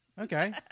Okay